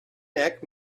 neck